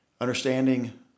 Understanding